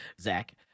Zach